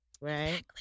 Right